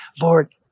Lord